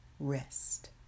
Rest